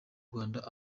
rwanda